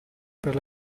per